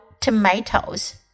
tomatoes